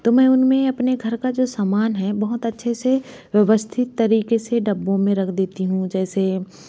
तो मैं उनमें अपने घर का जो समान है बहुत अच्छे से व्यवस्थित तरीके से डिब्बों में रख देता हूँ जैसे